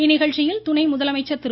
இந்நிகம்ச்சியில் துணை முதலமைச்சர் திரு